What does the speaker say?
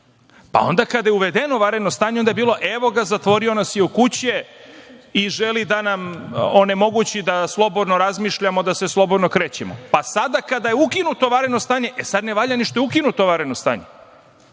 pa onda kada je uvedeno vanredno stanje, onda je bilo – evo ga, zatvorio nas je u kuće i želi da nam onemogući da slobodno razmišljamo, da se slobodno krećemo, pa sada kada je ukinuto vanredno stanje sada ne valja ni što je ukinuto vanredno stanje. Tako